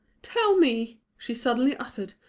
tell me! she suddenly uttered,